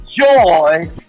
joy